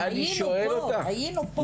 היינו פה.